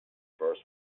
first